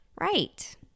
Right